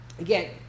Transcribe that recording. Again